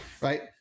Right